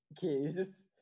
kids